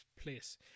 place